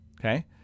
Okay